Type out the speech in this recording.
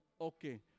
Okay